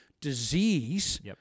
disease